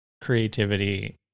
creativity